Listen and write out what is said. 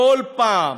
כל פעם